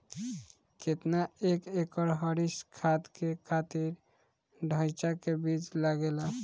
केतना एक एकड़ हरी खाद के खातिर ढैचा के बीज लागेला?